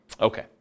Okay